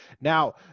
Now